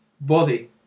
body